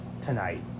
tonight